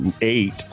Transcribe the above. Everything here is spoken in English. eight